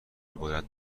باید